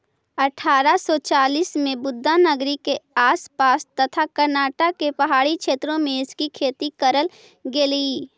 अठारा सौ चालीस में बुदानगिरी के आस पास तथा कर्नाटक के पहाड़ी क्षेत्रों में इसकी खेती करल गेलई